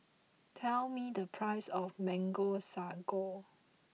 tell me the price of Mango Sago